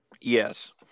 Yes